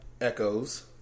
echoes